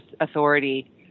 authority